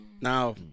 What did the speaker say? Now